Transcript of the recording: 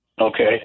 okay